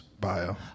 bio